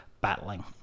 battling